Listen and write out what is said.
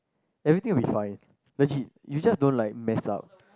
everything will be fine legit you just don't like mess up